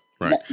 right